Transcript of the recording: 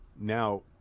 Now